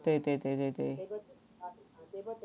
对对对对对